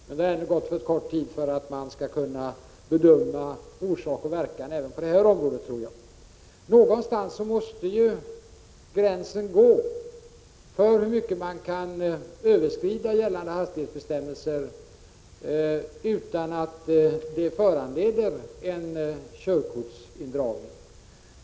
Det har dock gått alltför kort tid för att man skall kunna bedöma orsak och verkan på detta område. Någonstans måste ju gränsen gå för hur mycket man kan överskrida gällande hastighetsgränser utan att det föranleder körkortsindragning.